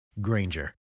Granger